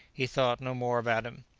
he thought no more about him.